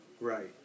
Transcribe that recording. Right